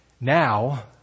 Now